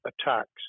attacks